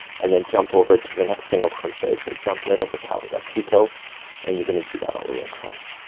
and then jump over to the next single crochet. so jump right over top of that picot, and you're gonna do that all the way across.